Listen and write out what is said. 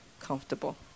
comfortable